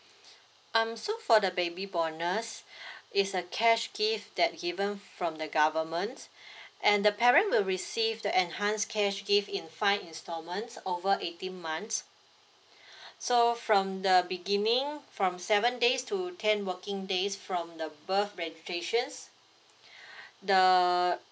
um so for the baby bonus it's a cash gift that given from the government and the parent will receive the enhance cash gift in five installments over eighteen months so from the beginning from seven days to ten working days from the birth registrations the